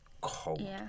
cold